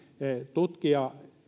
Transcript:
tutkija